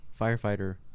firefighter